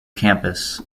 campus